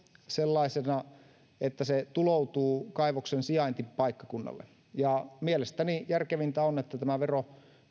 sellaisena että se tuloutuu kaivoksen sijaintipaikkakunnalle mielestäni järkevintä on että tämä vero